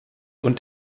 und